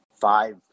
five